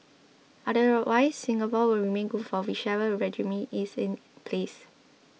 otherwise Singapore will remain good for whichever regime is in place